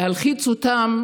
להלחיץ אותם